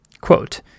Quote